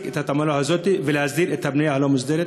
את התעמולה הזאת ולהסדיר את הבנייה הלא-מוסדרת?